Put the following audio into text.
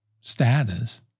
status